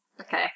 Okay